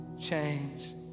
change